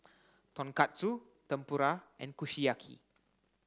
Tonkatsu Tempura and Kushiyaki